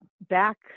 back